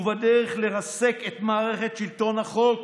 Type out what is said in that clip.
ובדרך לרסק את מערכת שלטון החוק